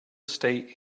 state